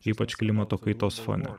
ypač klimato kaitos fone